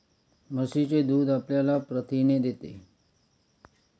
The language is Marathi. म्हशीचे दूध आपल्याला प्रथिने देते